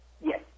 Yes